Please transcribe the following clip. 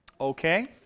Okay